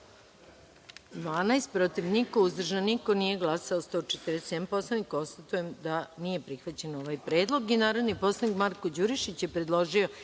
12, protiv – niko, uzdržanih – nema, nije glasalo 147 poslanika. Konstatujem da nije prihvaćen ovaj predlog. Narodni poslanik Marko Đurišić je predložio